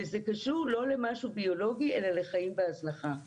וזה קשור לא למשהו ביולוגי, אלא חיים בהזנחה.